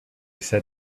said